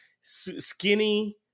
skinny